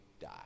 die